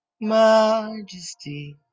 Majesty